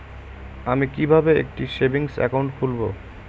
আমি কিভাবে একটি সেভিংস অ্যাকাউন্ট খুলব?